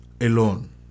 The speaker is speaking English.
alone